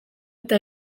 eta